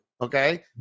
Okay